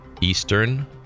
Eastern